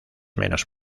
menos